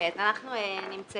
אז אנחנו נמצאים